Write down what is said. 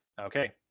Okay